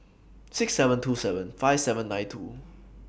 six seven two seven five seven nine two